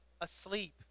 asleep